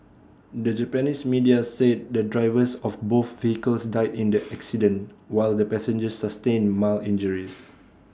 the Japanese media said the drivers of both vehicles died in the accident while the passengers sustained mild injuries